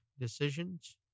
decisions